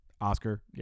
Oscar